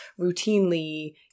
routinely